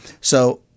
So-